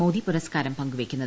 മോദി പുരസ്കാരം പങ്കുവയ്ക്കുന്നത്